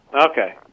Okay